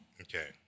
Okay